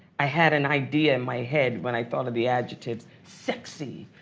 i had an idea in my head when i thought of the adjectives, sexy,